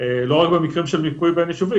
לא רק במקרים של מיפוי בין-יישובי.